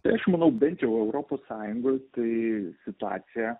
tai aš manau bent jau europos sąjunga tai situacija